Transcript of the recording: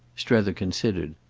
strether considered.